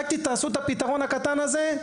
רק תעשו את הפתרון הקטן הזה,